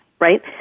right